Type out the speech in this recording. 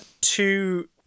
two